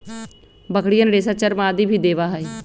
बकरियन रेशा, चर्म आदि भी देवा हई